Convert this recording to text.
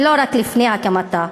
ולא רק לפני הקמתה.